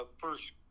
first